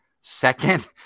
second